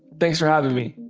thanks for having me.